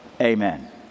Amen